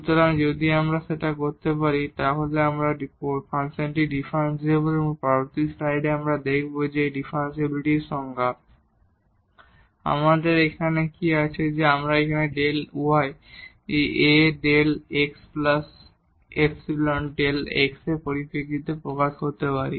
সুতরাং যদি আমরা সেটা করতে পারি যাকে আমরা বলি ফাংশনটি ডিফারেনশিবল এবং এখন পরবর্তী স্লাইডে আমরা দেখব যে ডিফারেনশিবিলিটির এই সংজ্ঞা আমাদের এখানে কি আছে যে আমরা এই Δ y এই A Δ xϵ Δ x এর পরিপ্রেক্ষিতে প্রকাশ করতে পারি